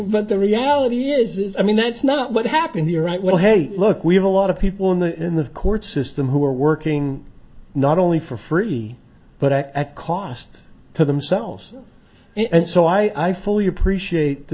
but the reality is i mean that's not what happened here right well hey look we have a lot of people in the in the court system who are working not only for free but at cost to themselves and so i fully appreciate the